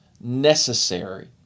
necessary